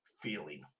feeling